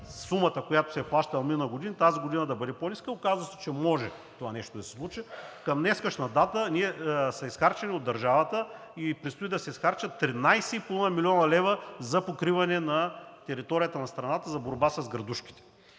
сумата, която се плаща в минали години, тази година да бъде по-ниска. Оказа се, че това нещо може да се случи. Към днешна дата от държавата са изхарчени и предстои да се изхарчат 13,5 млн. лв. за покриване на територията на страната за борба с градушките.